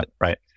right